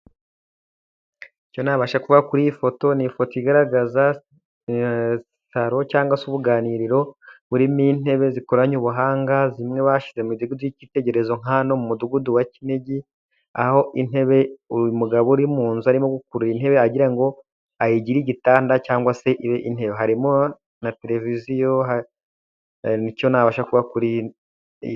Icyo nabasha kuvuga kuri iyi foto, ni ifoto igaragaza saro cyangwa se ubuganiriro burimo intebe zikoranye ubuhanga, zimwe bashyize mu midugudu y'icyitegererezo nka hano mu mudugudu wa Kinigi, aho intebe uyu mugabo uri mu nzu arimo gukurura intebe agira ngo ayigire igitanda cyangwa se ibe intebe. Harimo na televiziyo, nicyo nabasha kuvuga kuri iyi .....